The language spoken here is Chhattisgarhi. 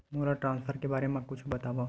मोला ट्रान्सफर के बारे मा कुछु बतावव?